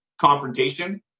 confrontation